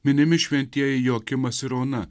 minimi šventieji joakimas ir ona